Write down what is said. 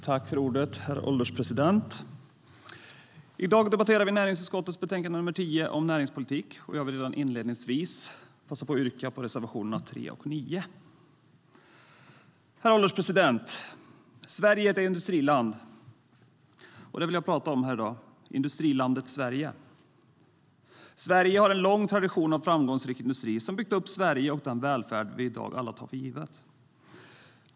Herr ålderspresident! I dag debatterar vi näringsutskottets betänkande nr 10 Näringspolitik, Herr ålderspresident! Sverige är ett industriland, och det vill jag tala om i dag - Industrilandet Sverige. Sverige har en lång tradition av framgångsrik industri som byggt upp Sverige och den välfärd vi i dag alla tar för given.